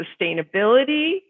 Sustainability